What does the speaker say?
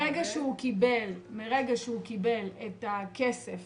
מרגע שהוא קיבל את הכסף